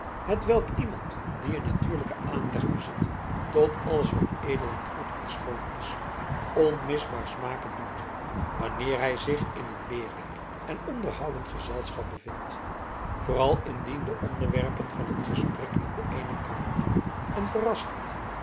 hetwelk iemand die een natuurlijken aanleg bezit tot alles wat edel en goed en schoon is onmisbaar smaken moet wanneer hij zich in een leerrijk en onderhoudend gezelschap bevindt vooral indien de onderwerpen van het gesprek aan den eenen kant nieuw en verrassend